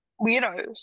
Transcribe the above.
weirdos